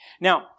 Now